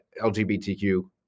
LGBTQ